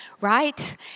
right